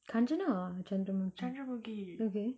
kanchana or chandramukhi okay